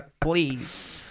Please